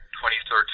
2013